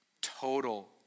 total